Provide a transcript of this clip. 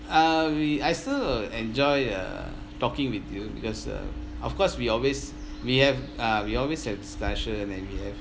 uh we I still uh enjoy uh talking with you because uh of course we always we have uh we always have discussion and we have